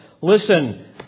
Listen